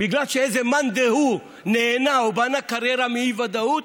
בגלל שאיזה מאן דהוא נהנה ובנה קריירה מאי-ודאות?